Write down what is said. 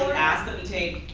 ask that we take